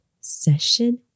Session